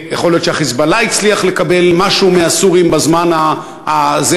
יכול להיות שה"חיזבאללה" הצליח לקבל משהו מהסורים בזמן הזה,